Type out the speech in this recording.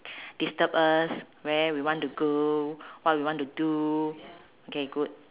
disturb us where we want to go what we want to do okay good